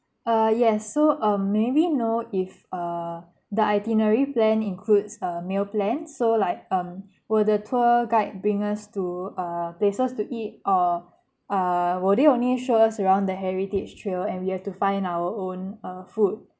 uh yes so um may we know if uh the itinerary plan includes a meal plan so like um will the tour guide bring us to uh places to eat or uh will they only show us around the heritage trail and we have to find our own uh food